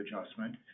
adjustment